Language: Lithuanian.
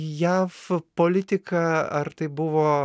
jav politiką ar tai buvo